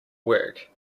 work